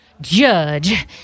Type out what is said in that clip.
Judge